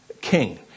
king